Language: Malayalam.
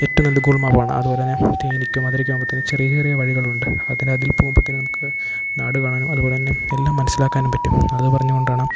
ഏറ്റവും നല്ലത് ഗുഗിൾ മാപ്പാണ് അതുപോലെതന്നെ തേനിക്കും മധുരയ്ക്കും പോകുമ്പോള്ത്തന്നെ ചെറിയ ചെറിയ വഴികളുണ്ട് അതിൽ പോകുമ്പോള്ത്തന്നെ നമുക്ക് നാട് കാണാനും അതുപോലെതന്നെ എല്ലാം മനസ്സിലാക്കാനും പറ്റും അതു പറഞ്ഞുകൊണ്ടാണ്